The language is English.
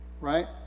Right